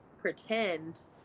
pretend